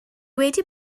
wedi